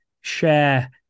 share